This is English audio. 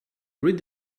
read